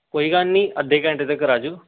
ਕੋਈ ਗੱਲ ਨਹੀਂ ਅੱਧੇ ਘੰਟੇ ਤੱਕ ਆ ਜੋ